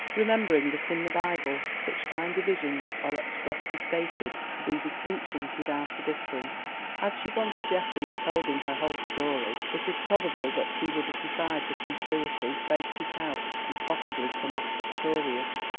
remembering that in the bible such fine divisions are expressly stated to be distinctions without a difference. had she gone to geoffrey and told him her whole story it is probable that he would have defied the conspiracy, faced it out, and possibly come off victorious.